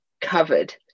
covered